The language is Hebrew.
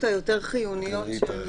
היותר חיוניות.